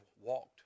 walked